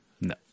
No